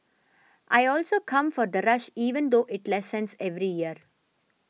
I also come for the rush even though it lessens every year